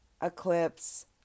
eclipse